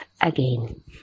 again